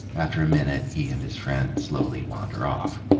after a minute, he and his friend slowly wander off.